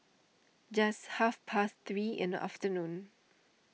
just half past three in the afternoon